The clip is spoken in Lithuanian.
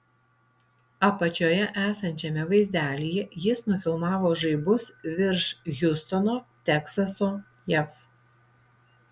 apačioje esančiame vaizdelyje jis nufilmavo žaibus virš hjustono teksaso jav